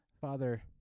Father